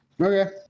Okay